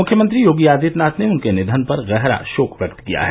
मुख्यमंत्री योगी आदित्यनाथ ने उनके निधन पर गहरा शोक व्यक्त किया है